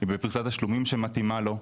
ובפריסת תשלומים שמתאימה לו,